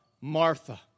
Martha